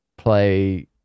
play